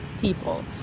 people